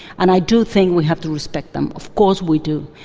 and i do think we have to respect them, of course we do,